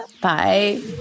Bye